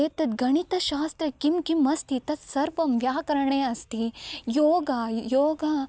एतद् गणितशास्त्रं किं किम् अस्ति तत्सर्वं व्याकरणे अस्ति योगः योगः